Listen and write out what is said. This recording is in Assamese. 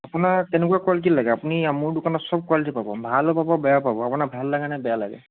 আপোনাক কেনেকুৱা কোৱালিটিৰ লাগে আপুনি মোৰ দোকানত চব কুৱালিটিৰ পাব ভালো পাব বেয়াও পাব আপোনাক ভাল লাগেনে বেয়া লাগে